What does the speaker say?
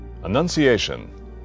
Annunciation